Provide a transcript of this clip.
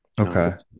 okay